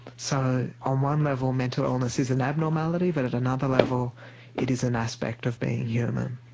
so on one level mental illness is an abnormality, but at another level it is an aspect of being human.